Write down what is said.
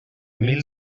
mil